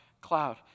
cloud